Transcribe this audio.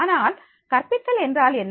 ஆனால் கற்பித்தல் என்றால் என்ன